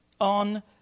on